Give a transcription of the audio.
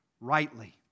rightly